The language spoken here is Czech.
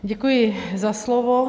Děkuji za slovo.